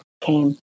came